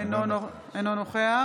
אינו נוכח